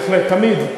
בהחלט, תמיד.